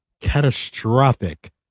catastrophic